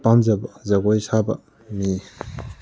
ꯄꯥꯝꯖꯕ ꯖꯒꯣꯏ ꯁꯥꯕ ꯃꯤ